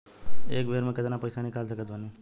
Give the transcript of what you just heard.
एक बेर मे केतना पैसा निकाल सकत बानी?